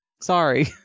Sorry